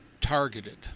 targeted